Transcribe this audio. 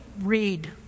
read